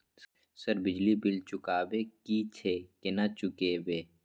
Sir बिजली bill चुकाबे की छे केना चुकेबे?